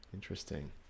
Interesting